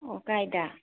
ꯑꯣ ꯀꯗꯥꯏꯗ